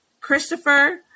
christopher